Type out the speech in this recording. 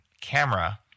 camera